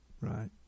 right